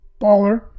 Baller